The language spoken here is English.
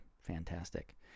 fantastic